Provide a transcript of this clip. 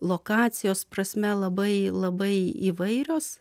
lokacijos prasme labai labai įvairios